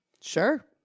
Sure